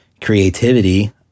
creativity